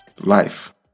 Life